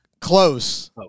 close